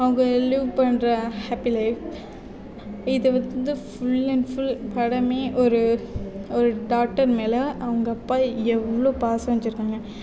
அவங்க லிவ் பண்ணுற happy life இது வந்து ஃபுல் அண்ட் ஃபுல் படமே ஒரு டாட்டர் மேலே அவங்க அப்பா எவ்வளோ பாசம் வச்சுருக்காங்க